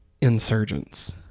Insurgents